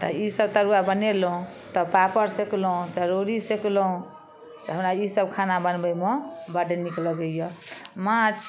तऽ ईसभ तरुआ बनेलहुँ तऽ पापड़ सेकलहुँ चरौरी सेकलहुँ तऽ हमरा ईसभ खाना बनबैमे बड्ड नीक लगैए माछ